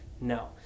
No